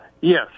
Yes